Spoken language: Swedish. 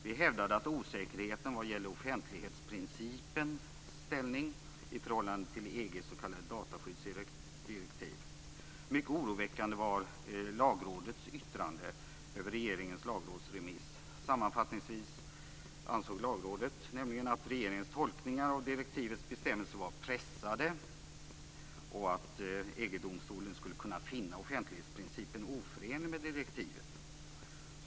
Vi hävdade osäkerheten vad gäller offentlighetsprincipens ställning i förhållande till EG:s s.k. dataskyddsdirektiv. Lagrådets yttrande över regeringens lagrådsremiss var mycket oroande. Sammanfattningsvis ansåg Lagrådet att regeringens tolkningar av direktivets bestämmelser var pressade och att EG-domstolen skulle kunna finna offentlighetsprincipen oförenlig med direktivet.